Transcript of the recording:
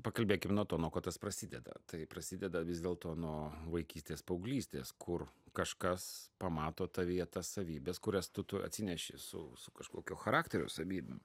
pakalbėkim nuo to nuo ko tas prasideda tai prasideda vis dėlto nuo vaikystės paauglystės kur kažkas pamato tą vietą savybes kurias tu tu atsineši su su kažkokio charakterio savybėm